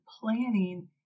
planning